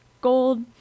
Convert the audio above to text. gold